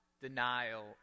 denial